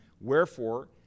wherefore